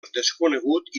desconegut